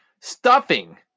Stuffing